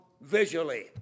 visually